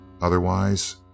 Otherwise